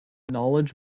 knowledge